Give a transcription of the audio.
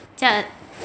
驾